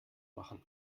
machen